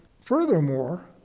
furthermore